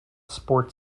sport